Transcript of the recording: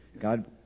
God